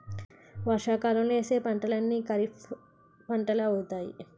వర్షాకాలంలో యేసే పంటలన్నీ ఖరీఫ్పంటలే అవుతాయి